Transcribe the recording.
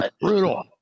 Brutal